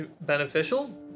beneficial